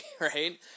right